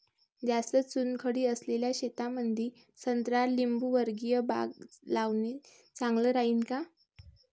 जास्त चुनखडी असलेल्या शेतामंदी संत्रा लिंबूवर्गीय बाग लावणे चांगलं राहिन का?